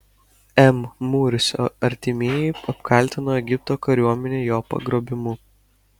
m mursio artimieji apkaltino egipto kariuomenę jo pagrobimu